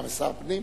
גם שר הפנים.